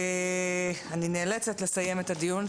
אני נאלצת לסיים את הדיון,